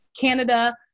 canada